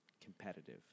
competitive